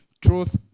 truth